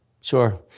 sure